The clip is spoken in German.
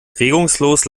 regungslos